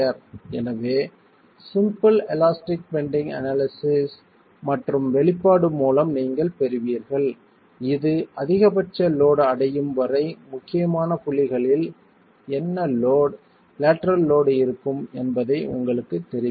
எனவே simple elastic bending analysis மற்றும் வெளிப்பாடு மூலம் நீங்கள் பெறுவீர்கள் இது அதிகபட்ச லோட் அடையும் வரை முக்கியமான புள்ளிகளில் என்ன லோட் லேட்டரல் லோட் இருக்கும் என்பதை உங்களுக்குத் தெரிவிக்கும்